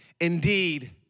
Indeed